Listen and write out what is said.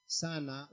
sana